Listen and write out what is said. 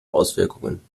auswirkungen